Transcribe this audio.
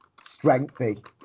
strengthy